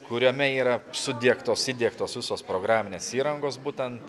kuriame yra sudiegtos įdiegtos visos programinės įrangos būtent